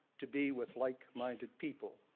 to be with like-minded people.